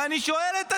ואני שואל את עצמי,